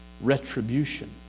retribution